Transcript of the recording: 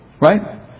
right